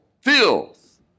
filth